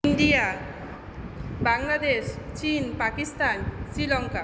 নদিয়া বাংলাদেশ চীন পাকিস্তান শ্রীলঙ্কা